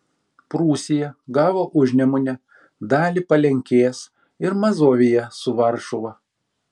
prūsija gavo užnemunę dalį palenkės ir mazoviją su varšuva